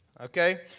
Okay